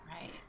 Right